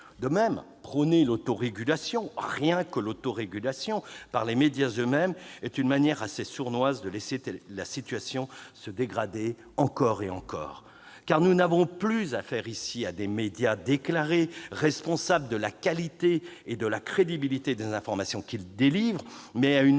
De même, prôner l'autorégulation, rien que l'autorégulation, par les médias eux-mêmes est une manière assez sournoise de laisser la situation se dégrader encore et encore. En effet, nous avons plus affaire non plus à des médias déclarés responsables de la qualité et de la crédibilité des informations qu'ils délivrent, mais à une